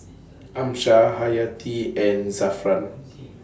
Amsyar Hayati and Zafran